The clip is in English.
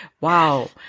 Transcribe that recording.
wow